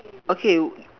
okay